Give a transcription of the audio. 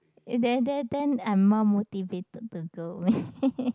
and then they then I mum motivated to go meh